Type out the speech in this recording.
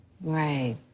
Right